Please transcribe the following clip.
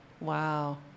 Wow